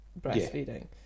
breastfeeding